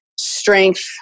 strength